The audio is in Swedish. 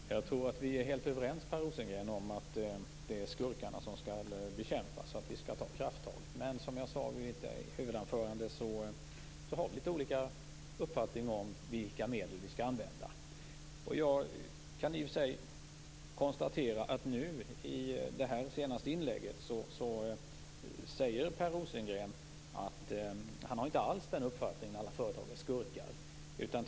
Herr talman! Jag tror att vi är helt överens, Per Rosengren, om att det är skurkarna som skall bekämpas och att vi skall ta krafttag för detta. Som jag sade i mitt huvudanförande har vi dock litet olika uppfattning om vilka medel vi skall använda. Jag kan i och för sig konstatera att Per Rosengren i sitt senaste inlägg säger att han inte alls har den uppfattningen att alla företagare är skurkar.